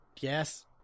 yes